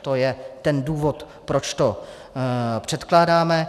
To je ten důvod, proč to předkládáme.